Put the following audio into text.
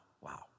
wow